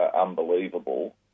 unbelievable